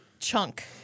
chunk